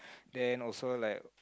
then also like